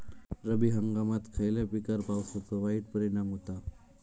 रब्बी हंगामात खयल्या पिकार पावसाचो वाईट परिणाम होता?